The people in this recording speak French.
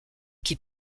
qui